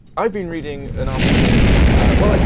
i've been reading an article well,